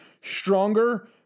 stronger